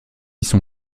son